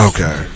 Okay